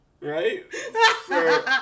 Right